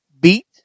beat